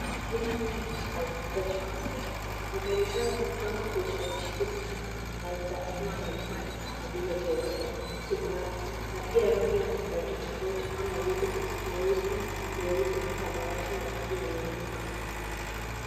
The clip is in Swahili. Sehemu hii ni la uuzaji wa magari. Magari haya yamepangwa kwa utaratibu sana na ni za aina mbali mbali kama vile Toyota, Subaru na pia rangi ni tofauti tofauti kama vile nyeusi, nyeupe, samawati na rangi ya nyekundu.